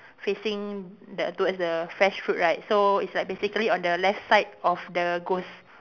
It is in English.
facing the towards the fresh fruit right so it's like basically on the left side of the ghost